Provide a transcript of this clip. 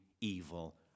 evil